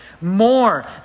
more